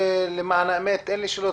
למען האמת, אין לי שאלות